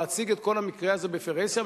להציג את כל המקרה הזה בפרהסיה,